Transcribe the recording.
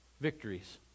victories